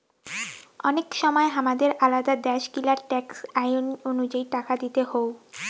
অনেক সময় হামাদের আলাদা দ্যাশ গিলার ট্যাক্স আইন অনুযায়ী টাকা দিতে হউ